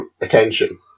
attention